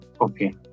Okay